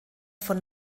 von